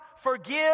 forgive